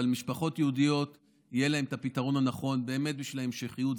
אבל למשפחות יהודיות יהיה הפתרון הנכון בשביל ההמשכיות.